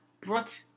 brought